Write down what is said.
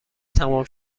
تمام